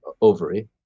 ovary